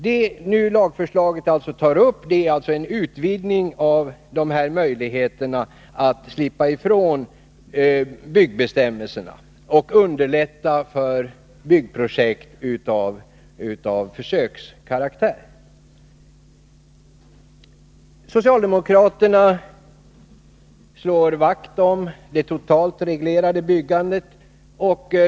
Det lagförslaget tar upp är alltså en utvidgning av möjligheterna att slippa ifrån byggbestämmelserna för att underlätta för byggprojekt av försökskaraktär. Socialdemokraterna slår vakt om det totalt reglerade byggandet.